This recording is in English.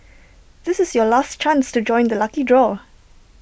this is your last chance to join the lucky draw